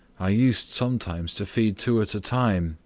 i used sometimes to feed two at a time,